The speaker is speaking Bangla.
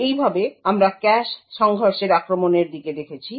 এই ভাবে আমরা ক্যাশ সংঘর্ষের আক্রমণের দিকে দেখেছি